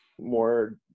more